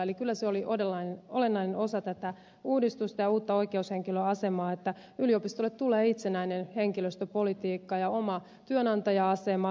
eli kyllä se oli olennainen osa tätä uudistusta ja uutta oikeushenkilöasemaa että yliopistoille tulee itsenäinen henkilöstöpolitiikka ja oma työnantaja asema